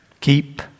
Keep